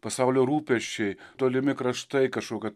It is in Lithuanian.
pasaulio rūpesčiai tolimi kraštai kašokia